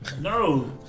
No